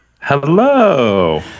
Hello